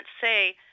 say